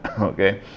Okay